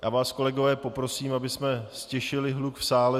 Já vás, kolegové, poprosím, abych ztišili hluk v sále.